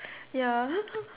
ya